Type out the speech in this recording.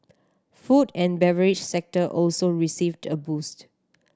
food and beverage sector also received a boost